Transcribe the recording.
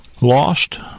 lost